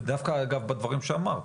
דווקא אגב בדברים שאמרת,